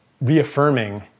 Reaffirming